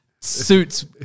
Suits